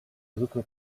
zwykle